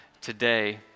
today